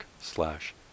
slash